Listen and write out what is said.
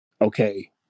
okay